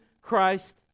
Christ